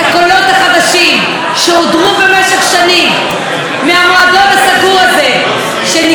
במשך שנים מהמועדון הסגור הזה שנקרא הקולנוע הישראלי.